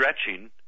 stretching